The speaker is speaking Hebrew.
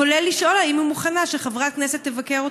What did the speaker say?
כולל לשאול אם היא מוכנה שחברת הכנסת תבקר אותה?